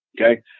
okay